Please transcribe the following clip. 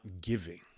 giving